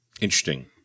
Interesting